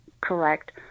correct